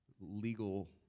legal